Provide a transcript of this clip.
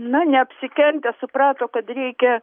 na neapsikentę suprato kad reikia